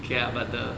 ok lah but the